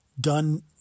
done